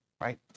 right